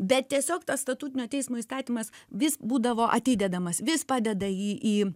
bet tiesiog tas statutinio teismo įstatymas vis būdavo atidedamas vis padeda jį į